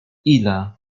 ile